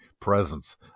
presence